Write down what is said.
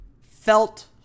felt